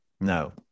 No